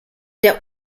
der